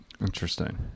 Interesting